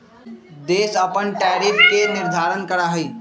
देश अपन टैरिफ के निर्धारण करा हई